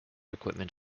equipment